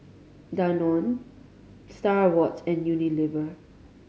Danone Star Awards and Unilever